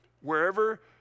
Wherever